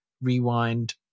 Rewind